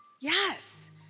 Yes